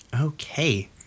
Okay